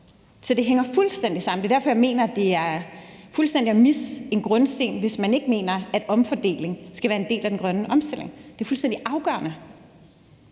Så det hænger fuldstændig sammen, og det er derfor, jeg mener, at det er fuldstændig at misse en grundsten, hvis man ikke mener, at omfordeling skal være en del af den grønne omstilling. Det er fuldstændig afgørende.